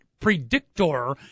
predictor